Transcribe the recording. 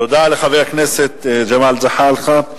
תודה לחבר הכנסת ג'מאל זחאלקה.